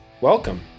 welcome